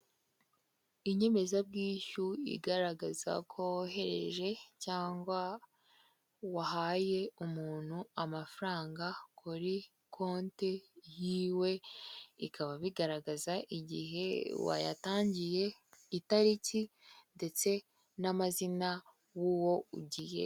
Inyemezabwishyu igaragaza ko wohereje cyangwa wahaye umuntu amafaranga kuri konti yiwe, bikaba bigaragaza igihe wayatangiye, itariki ndetse n'amazina y'uwo ugiye.